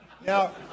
Now